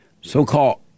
so-called